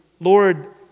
Lord